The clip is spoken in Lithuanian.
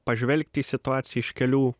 pažvelgti į situaciją iš kelių